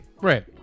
right